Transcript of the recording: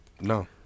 No